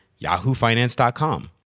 yahoofinance.com